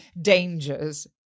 dangers